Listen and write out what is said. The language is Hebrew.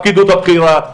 הפקידות הבכירה,